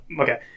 okay